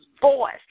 voice